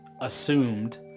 assumed